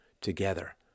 together